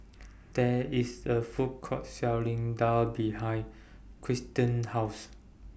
There IS A Food Court Selling Daal behind Kirsten's House